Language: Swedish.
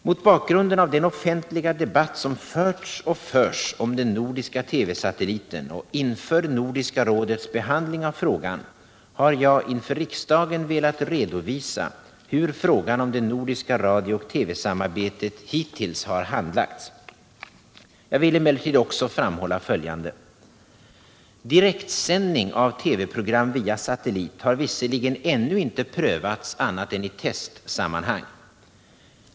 Mot bakgrunden av den offentliga debatt som förts och förs om den nordiska TV-satelliten och inför Nordiska rådets behandling av frågan har jag velat inför riksdagen redovisa hur frågan om det nordiska radiooch TV samarbetet hittills handlagts. Jag vill emellertid också framhålla följande: Direktsändning av TV-program via satellit har visserligen ännu inte prövats annat än i testsammanhang.